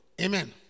Amen